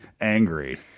angry